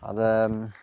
அதை